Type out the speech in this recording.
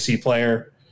player